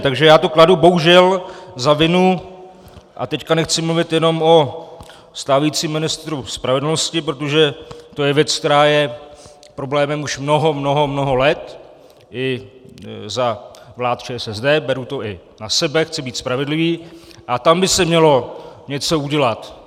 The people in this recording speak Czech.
Takže já to kladu bohužel za vinu a teď nechci mluvit jenom o stávajícím ministru spravedlnosti, protože to je věc, která je problémem už mnoho, mnoho, mnoho let, i za vlád ČSSD, beru to i na sebe, chci být spravedlivý, a tam by se mělo něco udělat.